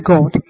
God